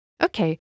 Okay